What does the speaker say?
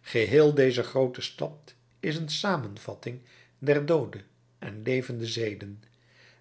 geheel deze groote stad is een samenvatting der doode en levende zeden